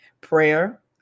prayer